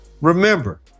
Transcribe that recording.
Remember